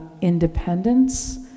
independence